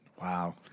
Wow